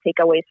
takeaways